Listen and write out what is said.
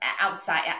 outside